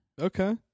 Okay